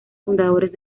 fundadores